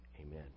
amen